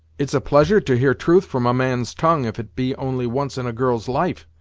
it's a pleasure to hear truth from a man's tongue, if it be only once in a girl's life,